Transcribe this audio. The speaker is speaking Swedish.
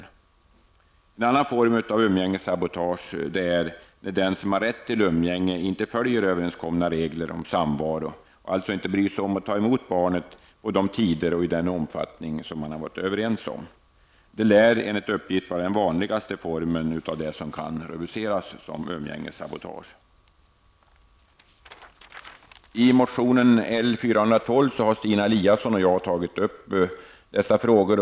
En annan form av umgängessabotage gäller fall där den som har rätt till umgänge inte följer överenskomna regler om samvaro och alltså inte bryr sig om att ta emot barnet på de tider och i den omfattning som man varit överens om. Det lär vara den vanligaste formen av det som kan rubriceras som umgängessabotage. I motion L412 tar Stina Eliasson och jag upp dessa frågor.